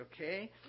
okay